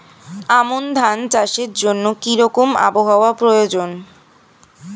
আমন ধান চাষের জন্য কি রকম আবহাওয়া প্রয়োজন?